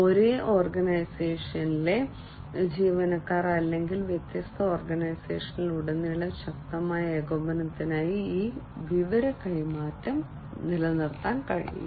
ഒരേ ഓർഗനൈസേഷനിലെ ജീവനക്കാർ അല്ലെങ്കിൽ വ്യത്യസ്ത ഓർഗനൈസേഷനുകളിൽ ഉടനീളം ശക്തമായ ഏകോപനത്തിനായി ഈ വിവര കൈമാറ്റം നിലനിർത്താൻ കഴിയും